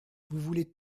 voulez